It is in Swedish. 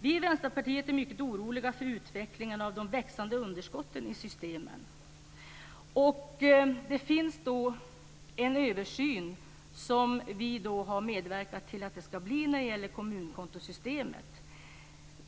Vi i Vänsterpartiet är mycket oroliga för utvecklingen av de växande underskottet i systemen. Det finns en översyn som vi har medverkat till skulle bli av när det gäller kommunkontosystemet.